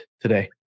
today